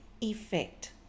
effect